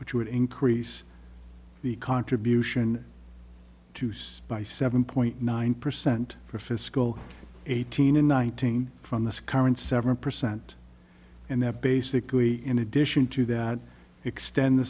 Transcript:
which would increase the contribution to spy seven point nine percent for fiscal eighty and in nineteen from this current seven percent and that basically in addition to that extend the